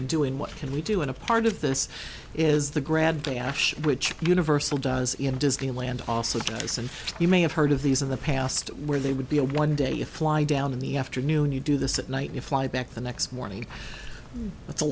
in doing what can we do and a part of this is the grad day after which universal does in disneyland also jason you may have heard of these in the past where they would be a one day a fly down in the afternoon you do this at night you fly back the next morning that's a